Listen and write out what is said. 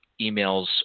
emails